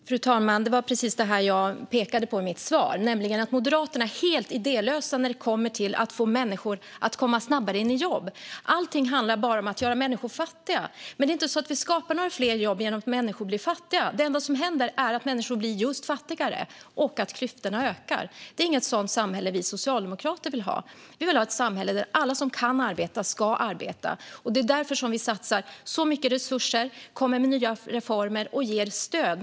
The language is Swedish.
Fru talman! Det var just detta jag syftade på i mitt svar. Moderaterna är helt idélösa när det gäller att få människor att komma snabbare in i jobb. Allting handlar bara om att göra människor fattiga. Men vi skapar inga fler jobb genom att människor blir fattiga. Det enda som händer är att människor blir just fattigare och att klyftorna ökar. Det är inte ett sådant samhälle som vi socialdemokrater vill ha. Vi vill ha ett samhälle där alla som kan arbeta ska arbeta. Det är därför vi satsar mycket resurser, kommer med reformer och ger stöd.